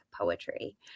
poetry